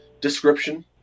description